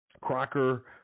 Crocker